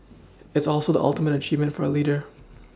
it's also the ultimate achievement for a leader